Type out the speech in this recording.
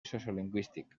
sociolingüístic